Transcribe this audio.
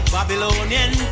Babylonian